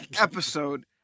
episode